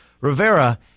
Rivera